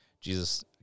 Jesus